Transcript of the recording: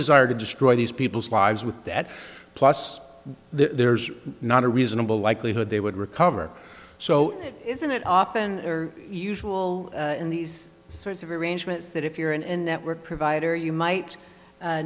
desire to destroy these people's lives with that plus there's not a reasonable likelihood they would recover so isn't it often usual in these sorts of arrangements that if you're in in that work provider you might